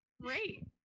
great